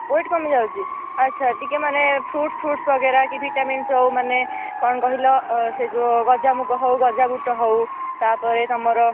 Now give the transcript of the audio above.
wait କମିଯାଉଛି ଆଚ୍ଛା ଟିକିଏ ମାନେ ଫ୍ରୁଟସ୍ ଫ୍ରୁଟସ୍ ବଗେରା କି ଭିଟାମିନସ୍ ହେଉ ମାନେ କ'ଣ କହିଲ ସେ ଯେଉଁ ଗଜା ମୁଗ ହେଉ ଗଜା ବୁଟ ହେଉ ତା'ପରେ ତୁମର